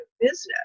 business